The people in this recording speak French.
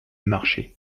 marcher